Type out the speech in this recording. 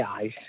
eyes